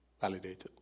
validated